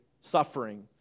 suffering